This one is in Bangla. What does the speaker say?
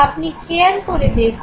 আপনি খেয়াল করে দেখুন